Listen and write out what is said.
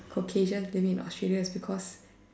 Caucasians living in Australia is because